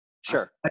Sure